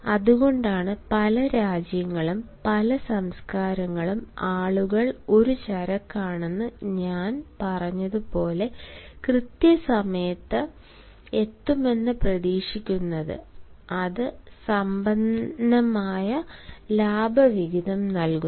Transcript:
അതുകൊണ്ടാണ് പല രാജ്യങ്ങളും പല സംസ്കാരങ്ങളും ആളുകൾ ഒരു ചരക്കാണെന്ന് ഞാൻ പറഞ്ഞതുപോലെ കൃത്യസമയത്ത് എത്തുമെന്ന് പ്രതീക്ഷിക്കുന്നത് അത് സമ്പന്നമായ ലാഭവിഹിതം നൽകുന്നു